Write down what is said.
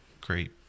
great